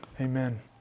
amen